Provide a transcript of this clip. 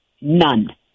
none